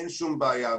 אין שום בעיה.